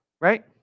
right